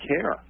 care